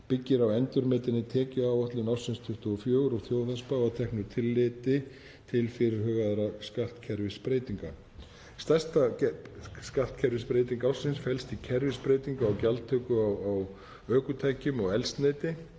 byggir á endurmetinni tekjuáætlun ársins 2024 og þjóðhagsspá að teknu tilliti til fyrirhugaðra skattkerfisbreytinga. Stærsta skattkerfisbreyting ársins felst í kerfisbreytingu á gjaldtöku af ökutækjum og eldsneyti